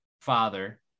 father